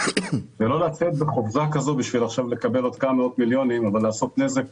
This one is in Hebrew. ולא לצאת בחופזה כזו כדי לקבל עוד כמה מאות מיליונים אבל לעשות נזק